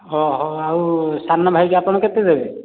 ହଁ ହଁ ଆଉ ସାନ ଭାଇକୁ ଆପଣ କେତେ ଦେବେ